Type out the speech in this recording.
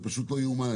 זה פשוט לא יאומן,